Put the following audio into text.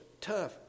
tough